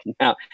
now